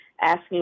asking